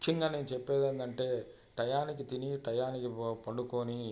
ముఖ్యంగా నేను చెప్పేదేందంటే టయానికి తిని టయానికి పడుకుని